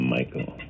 Michael